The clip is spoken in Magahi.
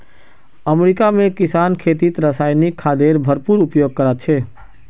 अमेरिका में किसान खेतीत रासायनिक खादेर भरपूर उपयोग करो छे